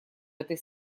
этой